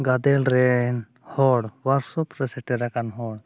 ᱜᱟᱫᱮᱞ ᱨᱮᱱ ᱦᱚᱲ ᱨᱮ ᱥᱮᱴᱮᱨ ᱟᱠᱟᱱ ᱦᱚᱲ